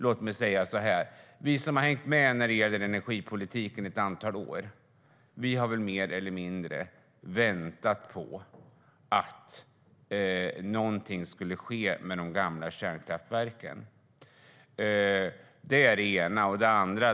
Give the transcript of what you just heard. Låt mig säga så här: Vi som har hängt med ett antal år när det gäller energipolitiken har väl mer eller mindre väntat på att någonting skulle ske med de gamla kärnkraftverken. Det är det ena.